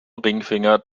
ringfinger